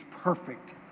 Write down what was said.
perfect